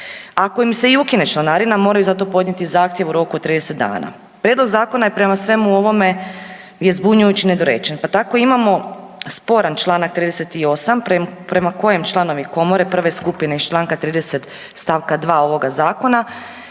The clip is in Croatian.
Ako im se i ukine članarina moraju za to podnijeti zahtjev u roku od 30 dana. Prijedlog zakona je prema svemu ovome je zbunjujući i nedorečen. Pa tako imamo sporan Članak 38. prema kojem članovi komore prve skupine iz Članka 30. stavka 2. koji